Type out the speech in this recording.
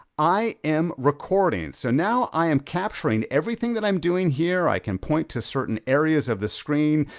i am recording. so now i am capturing everything that i'm doing here. i can point to certain areas of the screen.